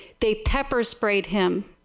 they pepper sprayed him.